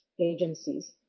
agencies